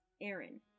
Aaron